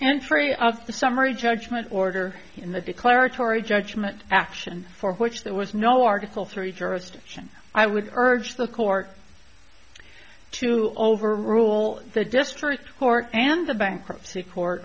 of the summary judgment order in the declaratory judgment action for which there was no article three jurisdiction i would urge the court to overrule the district court and the bankruptcy court